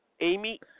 Amy